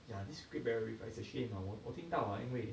ya this great barrier reef as a shame hor 我听到啊因为